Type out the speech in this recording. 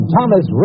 Thomas